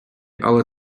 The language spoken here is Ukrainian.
але